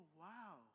wow